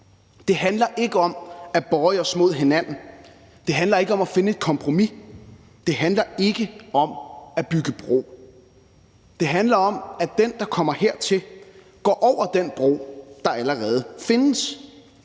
Det handler ikke om at bøje os mod hinanden, det handler ikke om at finde et kompromis, det handler ikke om at bygge bro. Det handler om, at den, der kommer hertil, går over den bro, der allerede findes,